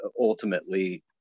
ultimately